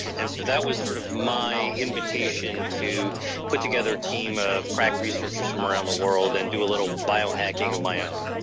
and so that was sort of my invitation to put together a team of crack researchers from around the world and do a little bio hacking of my own